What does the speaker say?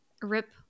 rip